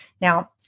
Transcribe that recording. Now